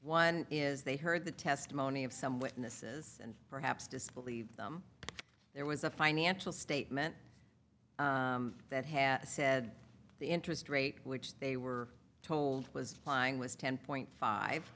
one is they heard the testimony of some witnesses and perhaps disbelieve them there was a financial statement that has said the interest rate which they were told was lying was ten point five